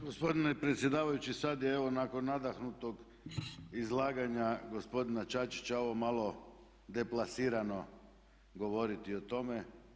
Gospodine predsjedavajući sad je evo nakon nadahnutog izlaganja gospodina Čačića ovo malo deplasirano govoriti o tome.